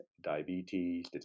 diabetes